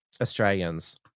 Australians